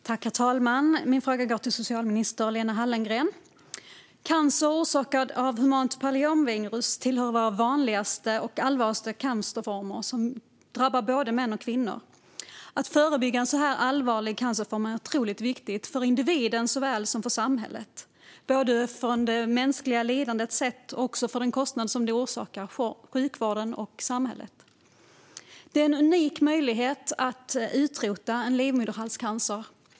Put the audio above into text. Herr talman! Min fråga går till socialminister Lena Hallengren. Cancer orsakad av humant papillomvirus hör till våra vanligaste och allvarligaste cancerformer som drabbar både män och kvinnor. Att förebygga en sådan allvarlig cancerform är otroligt viktigt för individen såväl som för samhället, sett både till det mänskliga lidandet och den kostnad den orsakar sjukvården och samhället. Vi har en unik möjlighet att utrota denna form av livmoderhalscancer.